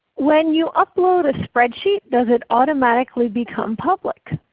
when you upload a spreadsheet, does it automatically become public?